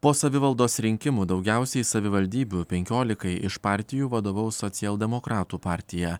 po savivaldos rinkimų daugiausiai savivaldybių penkiolikai iš partijų vadovaus socialdemokratų partija